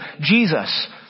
jesus